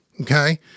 Okay